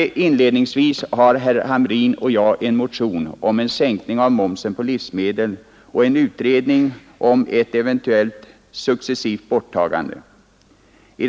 Som jag inledningsvis nämnde har herr Hamrin och jag väckt en motion om en sänkning av momsen på livsmedel och en utredning om ett eventuellt successivt borttagande av momsen.